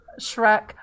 shrek